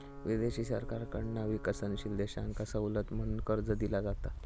विदेशी सरकारकडना विकसनशील देशांका सवलत म्हणून कर्ज दिला जाता